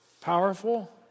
Powerful